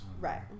Right